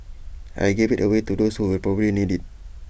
I gave IT away to those who will probably need IT